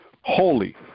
Holy